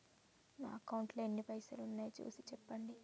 నా అకౌంట్లో ఎన్ని పైసలు ఉన్నాయి చూసి చెప్పండి?